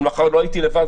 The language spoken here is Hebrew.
אבל מאחר שלא הייתי לבד,